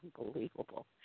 Unbelievable